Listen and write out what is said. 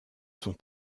sont